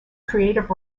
creative